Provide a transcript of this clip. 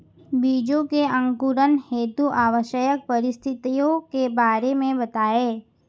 बीजों के अंकुरण हेतु आवश्यक परिस्थितियों के बारे में बताइए